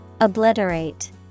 Obliterate